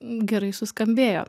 gerai suskambėjo